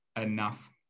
enough